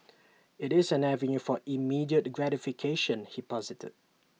IT is an avenue for immediate gratification he posited